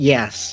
Yes